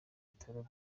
bitaro